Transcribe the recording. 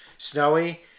Snowy